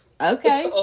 okay